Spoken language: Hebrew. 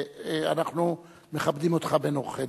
אנחנו מכבדים אותך בין אורחינו.